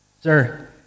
Sir